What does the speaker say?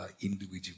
individual